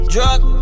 Drug